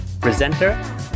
presenter